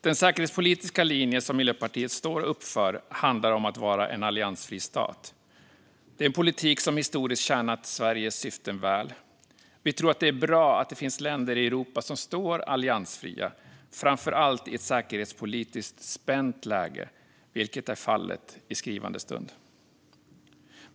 Den säkerhetspolitiska linje som Miljöpartiet står upp för handlar om att vara en alliansfri stat. Det är en politik som historiskt tjänat Sveriges syften väl. Vi tror att det är bra att det finns länder i Europa som står alliansfria, framför allt i ett säkerhetspolitiskt spänt läge, vilket är fallet i skrivande stund.